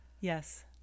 Yes